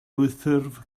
dwyffurf